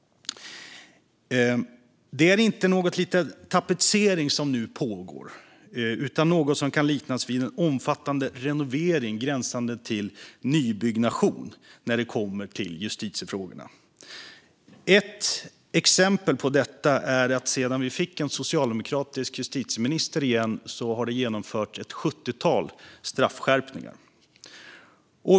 Det är inte någon liten tapetsering som nu pågår utan något som kan liknas vid en omfattande renovering gränsande till nybyggnation när det kommer till justitiefrågorna. Ett exempel på detta är att sedan vi fick en socialdemokratisk justitieminister igen har det genomförts ett sjuttiotal straffskärpningar.